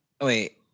wait